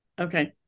Okay